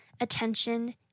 attention